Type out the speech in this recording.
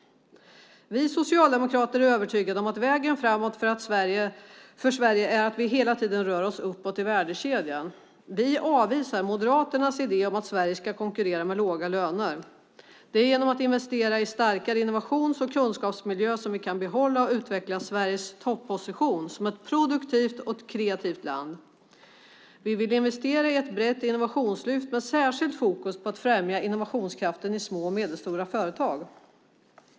Vi socialdemokrater är övertygade om att vägen framåt för Sverige är att hela tiden röra sig uppåt i värdekedjan. Vi avvisar Moderaternas idé om att Sverige ska konkurrera med låga löner. Det är genom att investera i starkare innovationsmiljö och kunskapsmiljö som vi kan behålla och utveckla Sveriges topposition som ett produktivt och kreativt land. Vi vill investera i ett brett innovationslyft med särskilt fokus på att främja innovationskraften i små och medelstora företag.